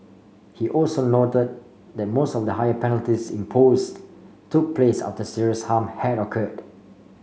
he also noted that most of the higher penalties imposed took place after serious harm had occurred